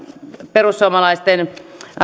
perussuomalaisten